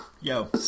yo